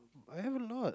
I have a lot